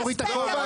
בתים.